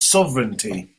sovereignty